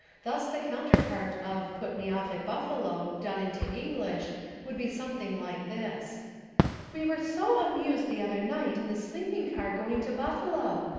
thus the counterpart of put me off at buffalo done into english would be something like this we were so amused the other night in the sleeping-car going to buffalo.